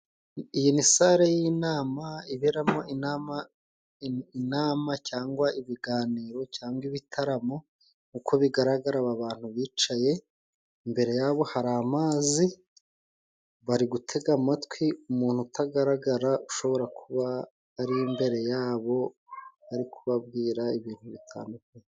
Iyi ni sare y'inama iberamo inama, inama cyangwa ibiganiro cyangwa ibitaramo. Uko bigaragara aba bantu bicaye, imbere yabo hari amazi, bari gutega amatwi umuntu utagaragara ushobora kuba ari imbere yabo, ari kubabwira ibintu bitandukanye.